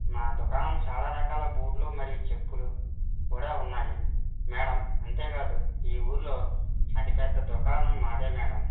నా దుకాణం చాలా రకాల బూట్లు మరియు చెప్పులు కూడా ఉన్నాయి మేడం అంతేకాదు ఈ ఊర్లో అతి పెద్ద దుకాణం నాదే మేడం